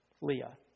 Leah